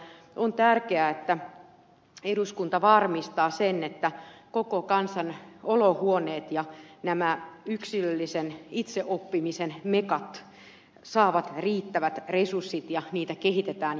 on tärkeää että eduskunta varmistaa sen että koko kansan olohuoneet ja nämä yksilöllisen itseoppimisen mekat saavat riittävät resurssit ja niitä kehitetään jatkossakin